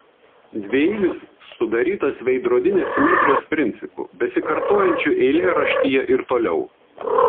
dvieilis sudarytas veidrodinės simetrijos principu besikartojančiu eilėraštyje ir toliau